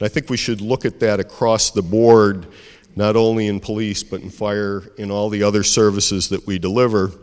i think we should look at that across the board not only in police but in fire in all the other services that we deliver